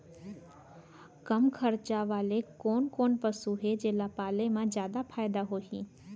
कम खरचा वाले कोन कोन पसु हे जेला पाले म जादा फायदा होही?